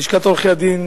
לשכת עורכי-הדין